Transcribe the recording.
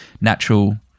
natural